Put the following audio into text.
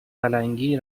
پلنگی